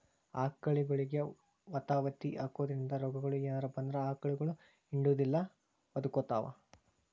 ಆಕಳಗೊಳಿಗೆ ವತವತಿ ಹಾಕೋದ್ರಿಂದ ರೋಗಗಳು ಏನರ ಬಂದ್ರ ಆಕಳಗೊಳ ಹಿಂಡುದಿಲ್ಲ ಒದಕೊತಾವ